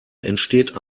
entsteht